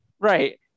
right